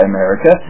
America